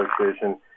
association